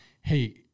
hey